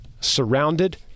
surrounded